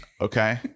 Okay